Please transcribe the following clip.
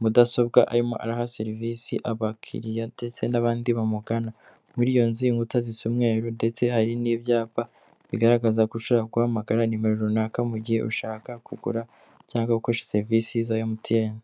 mudasobwa arimo araha serivisi abakiriya ndetse n'abandi bamugana muri iyo nzu inkuta z'umweru ndetse hari n'ibyapa bigaragaza gushaka guhamagara nimero runaka mu gihe ushaka kugura cyangwa gukoresha serivisi za MTN.